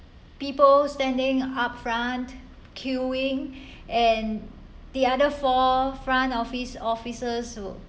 people standing upfront queuing and the other four front office officer who